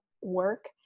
work